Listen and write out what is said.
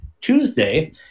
Tuesday